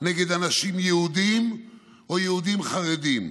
נגד אנשים יהודים או יהודים חרדים.